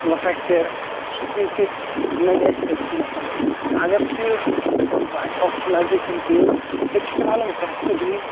مَطلَب فریکچَر سُہ چیٖز تہِ نَنہِ اَسہِ تٔتھی نسن نہ سا نہ اَگَرچہِ اَسہِ ہوسپِٹَل نَزدیٖک چھُنہٕ کِہیٖنۍ تیٚلہٕ چھُ فِلحال أمِس رٮ۪سٹہٕ دِیُن